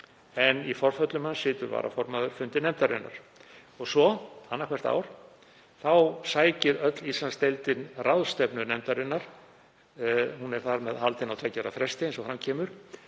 en í forföllum hans situr varaformaður fundi nefndarinnar. Annað hvert ár sækir öll Íslandsdeildin ráðstefnu nefndarinnar. Hún er þar með haldin á tveggja ára fresti eins og fram kemur.